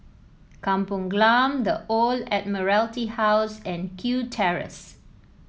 Kampong Glam The Old Admiralty House and Kew Terrace